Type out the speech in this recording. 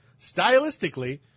Stylistically